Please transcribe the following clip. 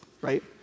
right